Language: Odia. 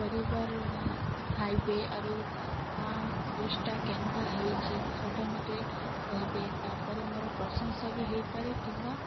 ପରିବାର ଖାଇବେ ଆରୁ ତା ଟେଷ୍ଟଟା କେନ୍ତା ହେଇଛି ସେଇଟା ମେତେ କହିବେ ତା ପରେ ମୋର ପ୍ରଶଂସା ବି ହେଇପାରେ କିମ୍ବା